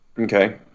Okay